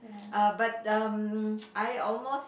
(uh)but um I almost